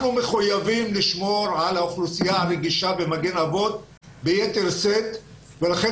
אנחנו מחויבים לשמור על האוכלוסייה הרגישה במגן אבות ביתר שאת ולכן